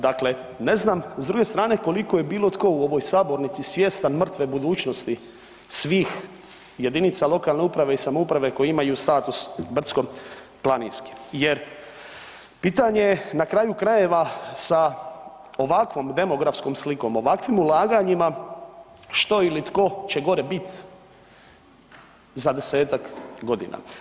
Dakle ne znam s druge strane koliko je bilo tko u ovoj sabornici svjestan mrtve budućnosti svih jedinica lokalne uprave i samouprave koji imaju status brdsko-planinski jer pitanje na kraju krajeva sa ovakvom demografskom slikom, ovakvim ulaganjima što ili tko će gore biti za 10-tak godina.